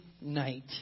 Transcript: Night